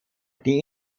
die